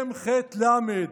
מח"ל,